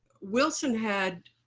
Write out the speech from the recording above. wilson had